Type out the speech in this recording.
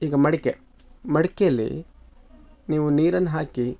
ಈಗ ಮಡಿಕೆ ಮಡ್ಕೆಲ್ಲಿ ನೀವು ನೀರನ್ನ ಹಾಕಿ